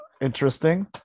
interesting